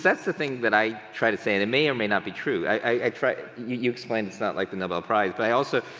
that's the thing that i try to say and it may or may not be true, i try, you explained it's not like the nobel prize but i also,